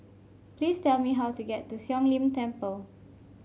please tell me how to get to Siong Lim Temple